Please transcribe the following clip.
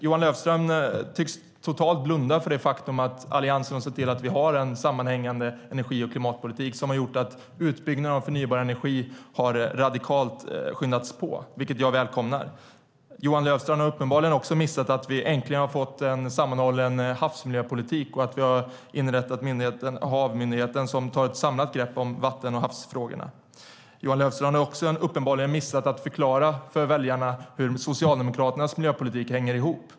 Johan Löfstrand tycks totalt blunda för det faktum att Alliansen har sett till att vi har en sammanhållen energi och klimatpolitik som har gjort att utbyggnaden av förnybar energi har skyndats på radikalt, vilket jag välkomnar. Johan Löfstrand har uppenbarligen också missat att vi äntligen har fått en sammanhållen havsmiljöpolitik och att vi har inrättat myndigheten HaV, som tar ett samlat grepp på vatten och havsfrågorna. Johan Löfstrand har också uppenbarligen missat att förklara för väljarna hur Socialdemokraternas miljöpolitik hänger ihop.